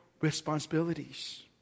responsibilities